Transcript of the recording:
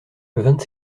vingt